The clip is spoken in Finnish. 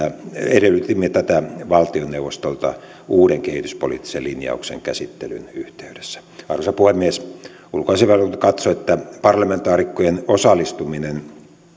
edellytimme tätä valtioneuvostolta uuden kehityspoliittisen linjauksen käsittelyn yhteydessä arvoisa puhemies ulkoasiainvaliokunta katsoo että parlamentaarikkojen osallistuminen